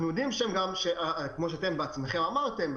כמו שאתם עצמכם אמרתם,